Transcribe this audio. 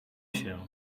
się